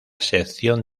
sección